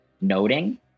noting